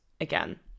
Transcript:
again